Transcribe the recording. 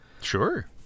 Sure